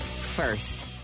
first